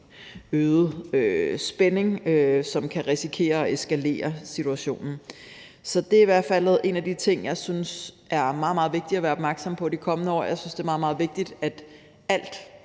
øget spænding, som kan risikere at eskalere situationen. Så det er i hvert fald en af de ting, jeg synes er meget, meget vigtig at være opmærksom på de kommende år, og jeg synes, det er meget, meget vigtigt, at alt,